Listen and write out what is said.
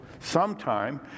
Sometime